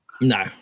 No